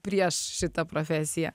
prieš šitą profesiją